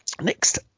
Next